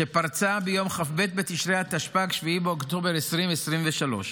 שפרצה ביום כ"ב בתשרי התשפ"ד, 7 באוקטובר 2023,